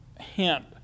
hint